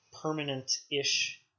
permanent-ish